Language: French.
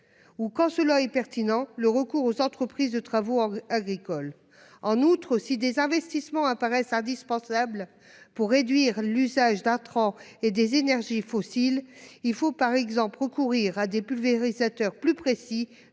Ou quand cela est pertinent. Le recours aux entreprises de travaux agricoles en outre aussi des investissements apparaissent indispensables pour réduire l'usage d'intrants et des énergies fossiles. Il faut par exemple recourir à des pulvérisateurs plus précis